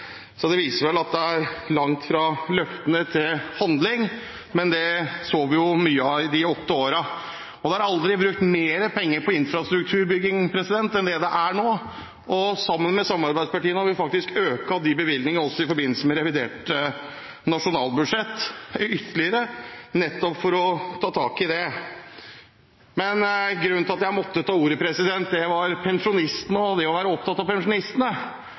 så vi mye av i de åtte årene. Det er aldri brukt mer penger på infrastrukturbygging enn nå, og sammen med samarbeidspartiene har vi faktisk økt disse bevilgningene ytterligere i forbindelse med revidert nasjonalbudsjett, nettopp for å ta tak i det. Grunnen til at jeg måtte ta ordet, var pensjonistene og det å være opptatt av pensjonistene.